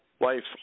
life